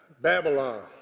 Babylon